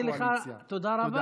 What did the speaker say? תודה.